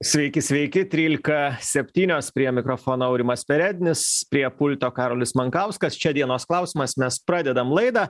sveiki sveiki trylika septynios prie mikrofono aurimas perednis prie pulto karolis mankauskas čia dienos klausimas mes pradedam laidą